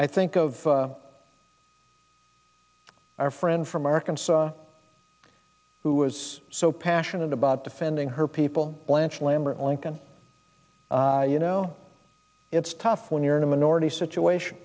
i think of our friend from arkansas who was so passionate about defending her people blanche lambert lincoln you know it's tough when you're in a minority situation